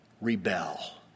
rebel